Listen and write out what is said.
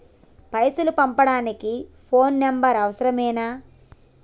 పైసలు పంపనీకి phone number అవసరమేనా?